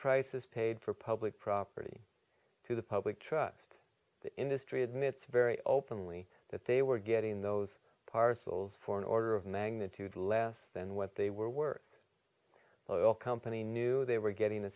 prices paid for public property to the public trust industry admits very openly that they were getting those parcels for an order of magnitude less than what they were worth of oil company knew they were getting